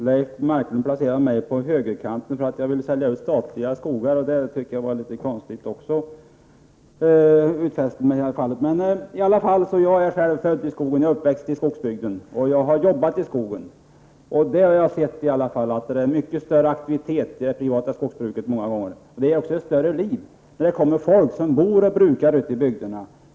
Herr talman! Leif Marklund placerade mig på högerkanten därför att jag vill sälja ut statliga skogar. Det var litet konstigt. Jag är själv född i skogen och uppväxt i skogsbygden. Jag har jobbat i skogen. Där har jag sett att det många gånger är mycket större aktivitet i det privata skogsbruket. Där är det också större liv då det kommer folk som bor och brukar ute i bygderna.